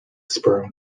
sperm